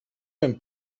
ben